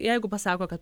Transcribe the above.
jeigu pasako kad